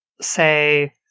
say